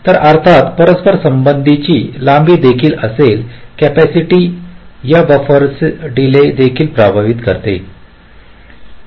तर अर्थात परस्पर संबंधाची लांबी देखील असेल कॅपॅसिटी या बफरस डीले देखील प्रभावित करते